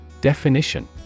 Definition